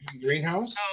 Greenhouse